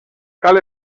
cal